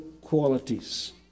qualities